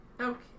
Okay